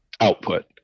output